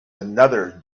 another